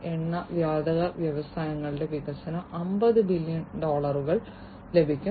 എണ്ണ വാതക വ്യവസായങ്ങളുടെ വികസനം 90 ബില്യൺ ഡോളർ ലാഭിക്കും